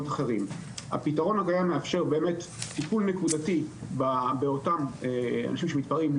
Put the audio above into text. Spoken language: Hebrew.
הפתרון הקיים מאפשר באמת טיפול נקודתי באותם אנשים שמתפרעים,